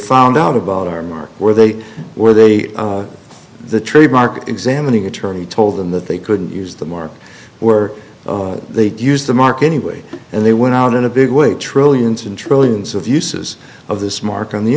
found out about our mark where they were they the trademark examining attorney told them that they couldn't use the mark were they use the mark anyway and they went out in a big way trillions and trillions of uses of this mark on the